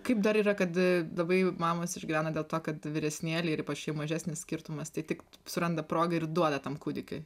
kaip dar yra kad labai jau mamos išgyvena dėl to kad vyresnėlė ir ypač jų mažesnis skirtumas tai tik suranda progą ir duoda tam kūdikiui